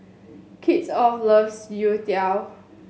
Kristoffer loves youtiao